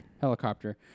Helicopter